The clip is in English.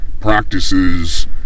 practices